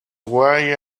why